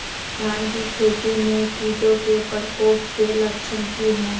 धान की खेती में कीटों के प्रकोप के लक्षण कि हैय?